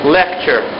lecture